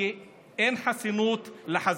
כי אין חסינות לחזירים.